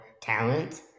talent